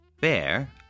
bear